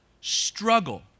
struggle